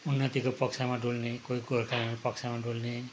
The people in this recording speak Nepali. उन्नतिको पक्षमा डुल्ने कोही गोर्खाल्यान्डको पक्षमा डुल्ने